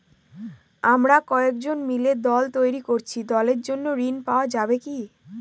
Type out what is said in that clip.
আমরা কয়েকজন মিলে দল তৈরি করেছি দলের জন্য ঋণ পাওয়া যাবে কি?